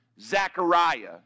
Zechariah